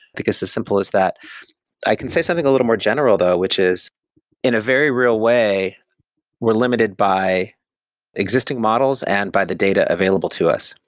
because as simple as that i can say something a little more general though, which is in a very real way we're limited by existing models and by the data available to us.